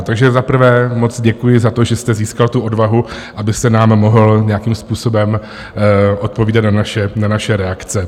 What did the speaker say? Takže za prvé moc děkuji za to, že jste získal tu odvahu, abyste nám mohl nějakým způsobem odpovídat na naše reakce.